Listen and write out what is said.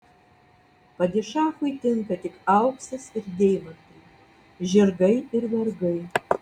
padišachui tinka tik auksas ir deimantai žirgai ir vergai